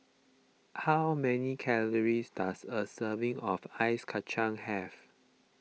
how many calories does a serving of Ice Kachang have